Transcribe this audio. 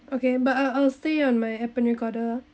okay but I I'll stay on my appen recorder